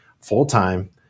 full-time